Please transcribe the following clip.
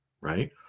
right